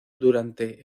durante